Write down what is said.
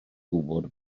gwybod